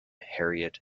harriet